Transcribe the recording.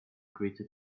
greeted